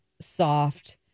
soft